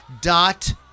dot